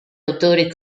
autori